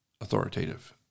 authoritative